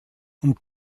und